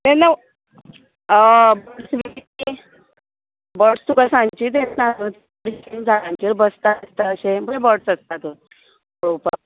hello birds तुका सांजची दिसतात न्हू एक झाडांचेर बसतात बिसतात अशें सगळीं बर्ड्स आसता थंय पळोवपाक